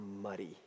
muddy